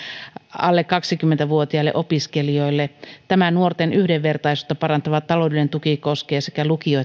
alle kaksikymmentä vuotiaille opiskelijoille tämä nuorten yhdenvertaisuutta parantava taloudellinen tuki koskee sekä lukio